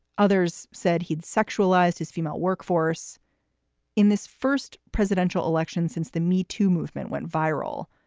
others said he'd sexualized his female workforce in this first presidential election since the metoo movement went viral.